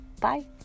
Bye